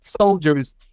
soldiers